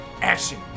action